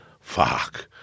Fuck